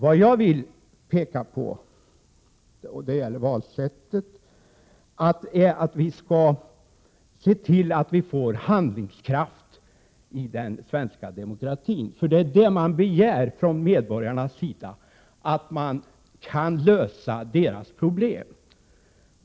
Vad jag vill peka på beträffande valsättet är att vi skall se till att få handlingskraft i den svenska demokratin. Det är vad som begärs från medborgarnas sida, att deras problem kan lösas.